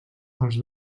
els